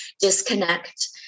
disconnect